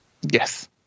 Yes